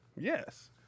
Yes